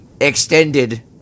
extended